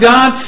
God